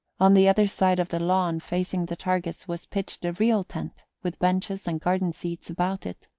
on the other side of the lawn, facing the targets, was pitched a real tent, with benches and garden-seats about it.